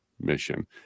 mission